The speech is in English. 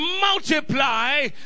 multiply